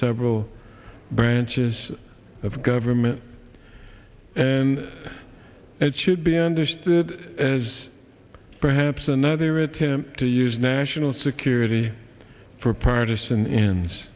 several branches of government and it should be understood as perhaps another attempt to use national security for